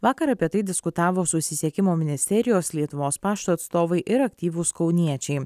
vakar apie tai diskutavo susisiekimo ministerijos lietuvos pašto atstovai ir aktyvūs kauniečiai